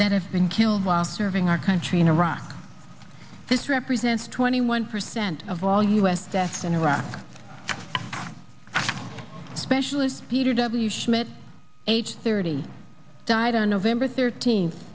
that have been killed while serving our country in iraq this represents twenty one percent of all u s deaths in iraq specialist peter w schmidt age thirty died on november thirteenth